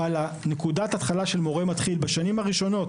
אבל נקודת ההתחלה של מורה מתחיל בשנים הראשונות